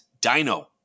Dino